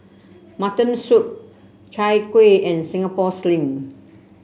Mutton Soup Chai Kueh and Singapore Sling